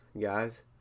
guys